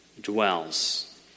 dwells